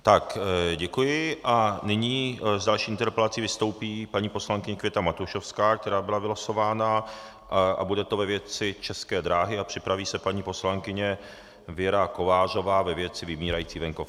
Tak děkuji a nyní s další interpelací vystoupí paní poslankyně Květa Matušovská, která byla vylosována, a bude to ve věci České dráhy, připraví se paní poslankyně Věra Kovářová ve věci vymírající venkov.